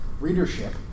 readership